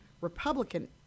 Republican